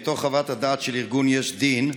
מתוך חוות הדעת של ארגון יש דין,